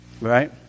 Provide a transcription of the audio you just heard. Right